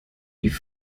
die